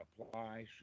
apply